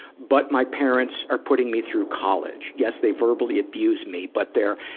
but my parents are putting me through college. yes, they verbally abused me, but they're,